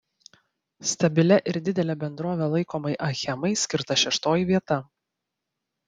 stabilia ir didele bendrove laikomai achemai skirta šeštoji vieta